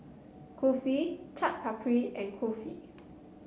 Kulfi Chaat Papri and Kulfi